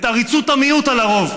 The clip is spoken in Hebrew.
את עריצות המיעוט על הרוב.